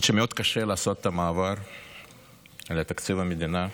האמת היא שמאוד קשה לעשות את המעבר לתקציב המדינה,